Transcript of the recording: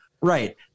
right